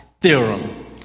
theorem